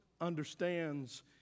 understands